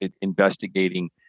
investigating